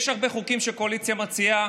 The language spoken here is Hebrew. יש הרבה חוקים שהקואליציה מציעה